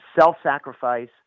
self-sacrifice